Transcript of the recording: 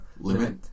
Limit